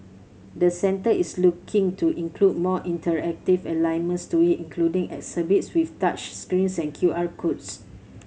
the centre is looking to include more interactive elements to it including exhibits with touch screens and Q R codes